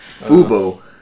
Fubo